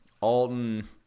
Alton